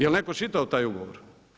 Jel' netko čitao taj ugovor.